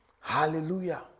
hallelujah